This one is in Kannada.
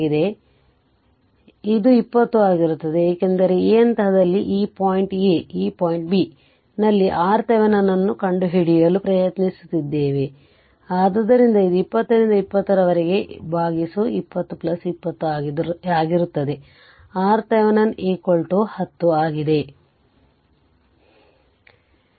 ಆದ್ದರಿಂದ ಇದು 20 ಆಗಿರುತ್ತದೆ ಏಕೆಂದರೆ ಈ ಹಂತದಲ್ಲಿ ಇದು ಪಾಯಿಂಟ್ A ಇದು ಪಾಯಿಂಟ್ B ನಲ್ಲಿ RThevenin ಅನ್ನು ಕಂಡುಹಿಡಿಯಲು ಪ್ರಯತ್ನಿಸುತ್ತಿದ್ದೇವೆ ಆದ್ದರಿಂದ ಇದು 20 ರಿಂದ 20 ರವರೆಗೆ 20 20 ಆಗಿರುತ್ತದೆ ಇದು RThevenin ಕಂಡುಹಿಡಿಯಬೇಕು